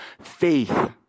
faith